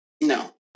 No